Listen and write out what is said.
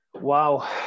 Wow